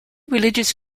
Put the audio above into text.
religious